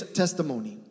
testimony